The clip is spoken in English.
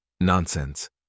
Nonsense